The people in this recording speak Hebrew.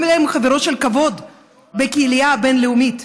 אלה הן חברות של כבוד בקהילייה הבין-לאומית,